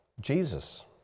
jesus